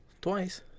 Twice